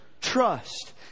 Trust